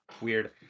weird